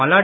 Malladi